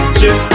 chip